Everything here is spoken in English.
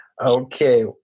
Okay